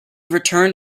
returned